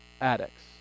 addicts